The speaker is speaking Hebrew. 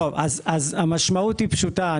המשמעות היא פשוטה.